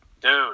Dude